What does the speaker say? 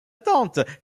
tante